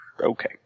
Okay